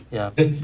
ya